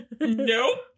nope